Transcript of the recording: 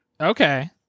Okay